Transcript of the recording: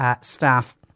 staff